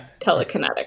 Telekinetic